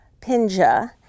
Pinja